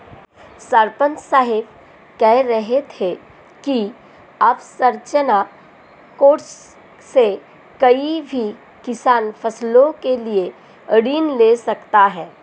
सरपंच साहब कह रहे थे कि अवसंरचना कोर्स से कोई भी किसान फसलों के लिए ऋण ले सकता है